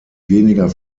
weniger